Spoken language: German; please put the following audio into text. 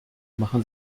machen